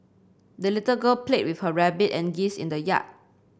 the little girl played with her rabbit and geese in the yard